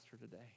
today